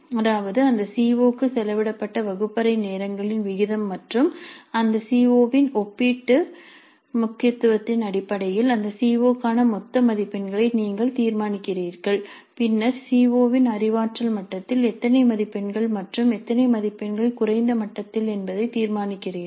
அதாவது அந்த C O க்கு செலவிடப்பட்ட வகுப்பறை நேரங்களின் விகிதம் மற்றும் அந்த சி ஓ இன் ஒப்பீட்டு முக்கியத்துவத்தின் அடிப்படையில் அந்த சி ஓ க்கான மொத்த மதிப்பெண்களை நீங்கள் தீர்மானிக்கிறீர்கள் பின்னர் சி ஓ இன் அறிவாற்றல் மட்டத்தில் எத்தனை மதிப்பெண்கள் மற்றும் எத்தனை மதிப்பெண்கள் குறைந்த மட்டங்களில் என்பதை தீர்மானிக்கிறீர்கள்